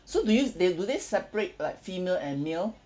so do you s~ they do they separate like female and male